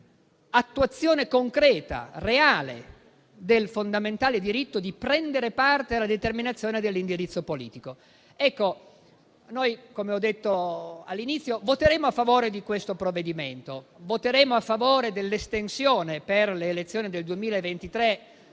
attuare concretamente il fondamentale diritto di prendere parte alla determinazione dell'indirizzo politico. Come ho detto all'inizio, noi voteremo a favore di questo provvedimento. Voteremo a favore dell'estensione, per le elezioni del 2023,